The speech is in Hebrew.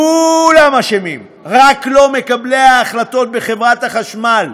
כו-לם אשמים, רק לא מקבלי ההחלטות בחברת החשמל,